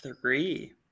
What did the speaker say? Three